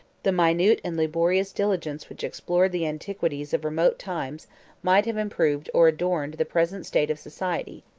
the minute and laborious diligence which explored the antiquities of remote times might have improved or adorned the present state of society,